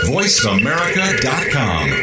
VoiceAmerica.com